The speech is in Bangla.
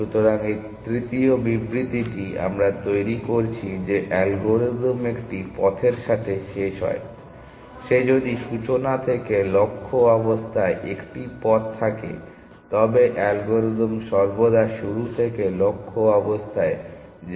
সুতরাং এই তৃতীয় বিবৃতিটি আমরা তৈরি করছি যে অ্যালগরিদম একটি পথের সাথে শেষ হয় যে যদি সূচনা থেকে লক্ষ্য অবস্থায় একটি পথ থাকে তবে অ্যালগরিদম সর্বদা শুরু থেকে লক্ষ্য অবস্থায় যাওয়ার পথের সাথে সমাপ্ত হবে